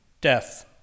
death